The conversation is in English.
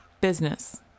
Business